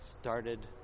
started